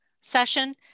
session